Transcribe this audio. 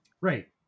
Right